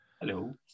Hello